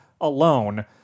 alone